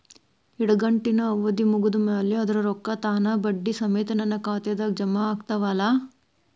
ಇಡಗಂಟಿನ್ ಅವಧಿ ಮುಗದ್ ಮ್ಯಾಲೆ ಅದರ ರೊಕ್ಕಾ ತಾನ ಬಡ್ಡಿ ಸಮೇತ ನನ್ನ ಖಾತೆದಾಗ್ ಜಮಾ ಆಗ್ತಾವ್ ಅಲಾ?